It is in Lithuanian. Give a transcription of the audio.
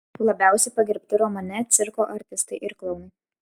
labiausiai pagerbti romane cirko artistai ir klounai